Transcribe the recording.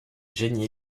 génie